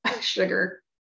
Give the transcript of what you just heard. sugar